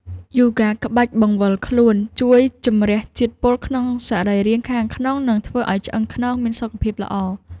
យូហ្គាក្បាច់បង្វិលខ្លួន ជួយជម្រះជាតិពុលក្នុងសរីរាង្គខាងក្នុង និងធ្វើឱ្យឆ្អឹងខ្នងមានសុខភាពល្អ។